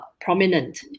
prominent